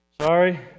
Sorry